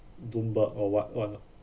Bloomberg or what [one] ah